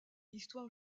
histoire